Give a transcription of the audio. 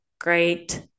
great